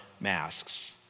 masks